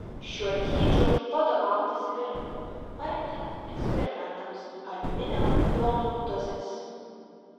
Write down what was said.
šiuo dydžiu vadovautasi vėliau parenkant eksperimentams aliuminio jonų dozes